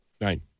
Right